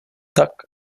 tak